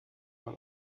man